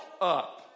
up